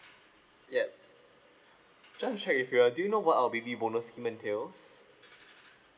yup just to check with you uh do you know what our baby bonus scheme entails